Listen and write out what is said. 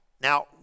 Now